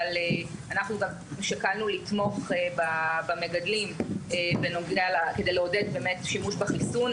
אבל אנחנו שקלנו גם לתמוך במגדלים כדי לעודד שימוש בחיסון,